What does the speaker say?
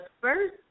first